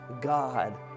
God